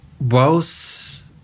whilst